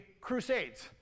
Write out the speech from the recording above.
Crusades